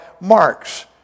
Marks